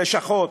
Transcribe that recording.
לשכות?